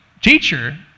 teacher